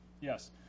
Yes